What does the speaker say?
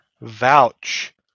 vouch